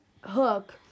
Hook